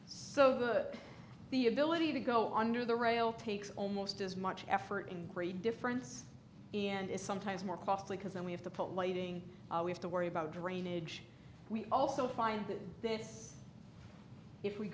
hook the ability to go under the rail takes almost as much effort in gray difference and is sometimes more costly because then we have to put lighting we have to worry about drainage we also find that this if we